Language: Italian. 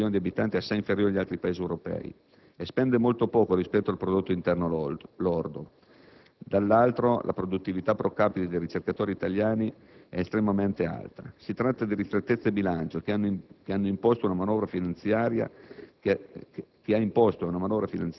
un numero di addetti per milione di abitanti assai inferiore agli altri Paesi europei e spende molto poco rispetto al prodotto interno lordo; dall'altro, la produttività *pro* *capite* dei ricercatori italiani è estremamente alta. Si tratta di ristrettezze di bilancio che hanno imposto una manovra finanziaria che